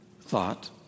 thought